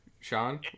Sean